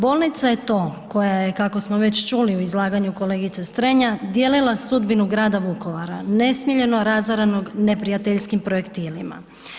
Bolnica je to, koja je kako smo već čuli u izlaganju kolegice Strenja, dijelila sudbinu grada Vukovara, nesmiljeno razaranog neprijateljskim projektilima.